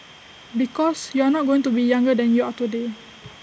because you are not going to be younger than you are today